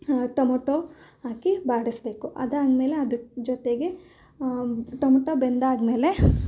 tomato ಹಾಕಿ ಬಾಡಿಸಬೇಕು ಅದಾದಮೇಲೆ ಅದಕ್ಕೆ ಜೊತೆಗೆ ಟೊಮೊಟೊ ಬೆಂದಾದಮೇಲೆ